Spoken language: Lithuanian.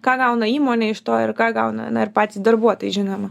ką gauna įmonė iš to ir ką gauna na ir patys darbuotojai žinoma